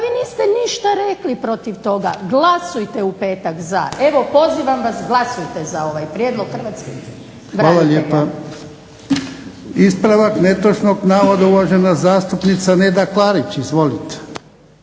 pa vi niste ništa rekli protiv toga. Glasujte u petak za, evo pozivam vas glasujte za ovaj prijedlog hrvatskih branitelja. **Jarnjak, Ivan (HDZ)** Hvala lijepa. Ispravak netočnog navoda, uvažena zastupnica Neda Klarić. Izvolite.